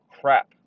crap